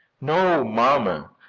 no, mamma.